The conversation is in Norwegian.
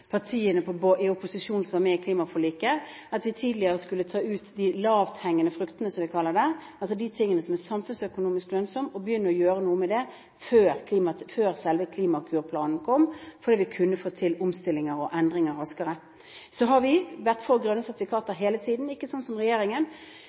partiene fra opposisjonen som var med i klimaforliket, at vi skulle ta ut tidligere de lavthengende fruktene, som vi kaller det – altså det som er samfunnsøkonomisk lønnsomt – og begynne å gjøre noe før selve Klimakur-planen kom, fordi vi kunne få til omstillinger og endringer raskere. Så har vi vært for grønne sertifikater